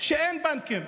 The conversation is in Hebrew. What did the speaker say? שאין בהם בנקים,